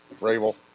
Rabel